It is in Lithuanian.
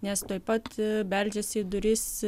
nes tuoj pat beldžiasi į duris